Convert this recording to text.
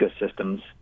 ecosystems